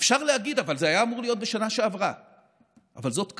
אפשר להגיד: אבל זה היה אמור להיות בשנה שעברה, אבל זאת קטנוניות.